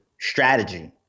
strategy